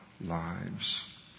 lives